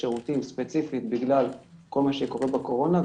השירותים ספציפית בגלל כל מה שקורה בקורונה,